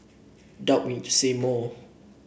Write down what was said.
doubt we need to say more